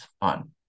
on